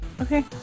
Okay